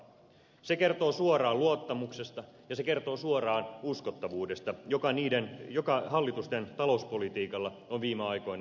se kertoo suoraan luottamuksesta ja se kertoo suoraan uskottavuudesta joka hallitusten talouspolitiikalla on viime aikoina ollut